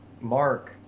Mark